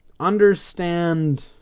understand